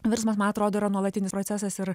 virsmas man atrodo yra nuolatinis procesas ir